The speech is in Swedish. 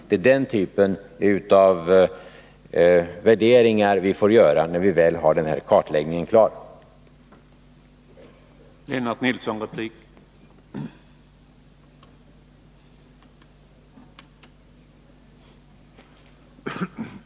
Det är den sortens värderingar vi får göra när denna kartläggning väl är klar.